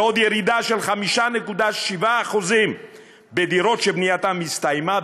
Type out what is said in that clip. ועוד ירידה של 5.7% בדירות שבנייתן הסתיימה,